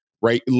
right